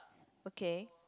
okay